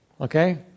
Okay